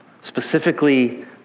specifically